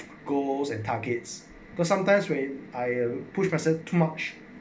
goals and targets because sometimes rate I'm push present too much